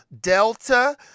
delta